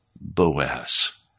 Boaz